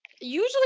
Usually